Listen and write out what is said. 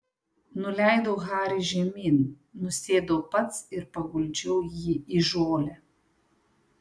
nuleidau harį žemyn nusėdau pats ir paguldžiau jį į žolę